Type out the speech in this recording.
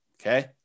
okay